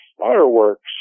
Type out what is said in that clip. fireworks